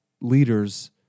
leaders